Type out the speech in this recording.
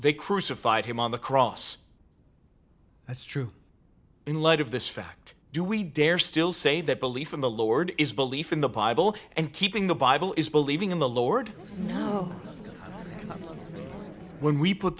they crucified him on the cross that's true in light of this fact do we dare still say that belief in the lord is belief in the bible and keeping the bible is believing in the lord when we put